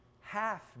Half